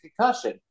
concussion